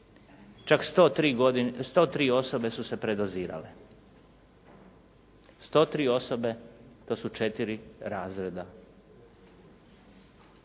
čak 103 osobe su se predozirale. 103 osobe, to su 4 razreda.